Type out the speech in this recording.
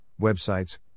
websites